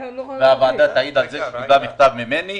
והוועדה תעיד על זה שקיבלה מכתב ממני.